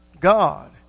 God